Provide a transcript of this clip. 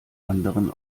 anderen